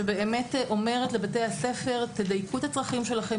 שבאמת אומרת לבתי-הספר תדייקו את הצרכים שלכם.